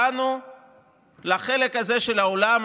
באנו לחלק הזה של האולם,